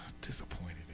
Disappointed